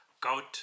GOAT